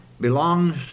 Belongs